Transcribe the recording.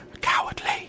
cowardly